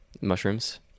mushrooms